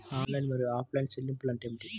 Online మరియు offline చెల్లింపులు అంటే ఏమిటి?